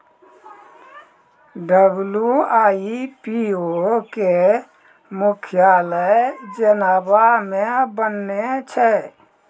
WIPO के मुख्यालय Geneva मे बनैने छै